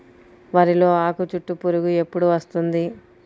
వరిలో ఆకుచుట్టు పురుగు ఎప్పుడు వస్తుంది?